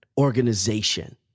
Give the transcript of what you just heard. organization